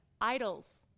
idols